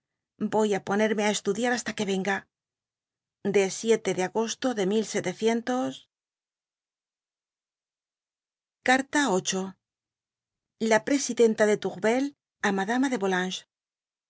voy á ponerme á estudiar basta que venga de de agosto de carta la presidenta de touruel á madama de